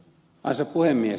arvoisa puhemies